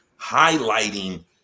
highlighting